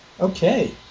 okay